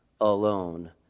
alone